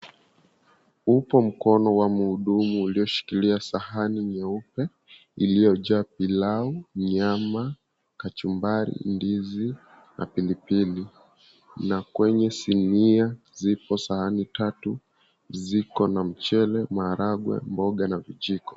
Upo mkono wa mhudumu ulio shikilia sahani nyeupe, iliyo jaa pilau, nyama, kachumbari, ndizi, na pilipli. Na kwenye sinia zipo sahani tatu, ziko na mchele, maharagwe, mboga na vijiko.